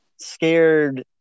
scared